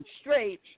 straight